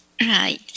Right